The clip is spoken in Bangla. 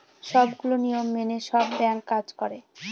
সবগুলো নিয়ম মেনে সব ব্যাঙ্ক কাজ করে